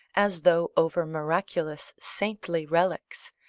as though over miraculous saintly relics,